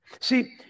See